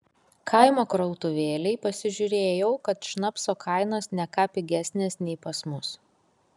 kaimo krautuvėlėj pasižiūrėjau kad šnapso kainos ne ką pigesnės nei pas mus